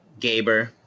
Gaber